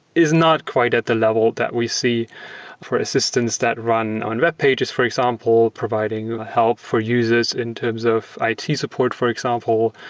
is not quite at the level that we see for assistance that run on webpages, for example, providing help for user s in terms of ah it support, for example,